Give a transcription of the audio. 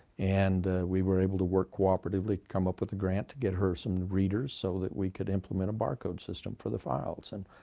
and we were able to work cooperatively to come up with a grant to get her some readers so that we could implement a barcode system for the files. and